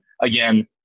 Again